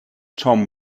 tom